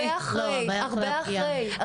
הרבה אחרי.